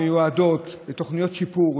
שמיועדות במיוחד לתוכניות שיפור,